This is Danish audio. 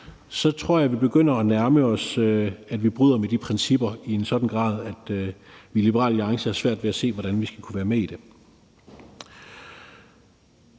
så tror jeg, vi begynder at nærme os det, at vi bryder med de principper i en sådan grad, at vi i Liberal Alliance har svært ved at se, hvordan vi skal kunne være med i det.